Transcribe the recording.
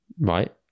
right